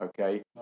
Okay